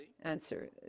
Answer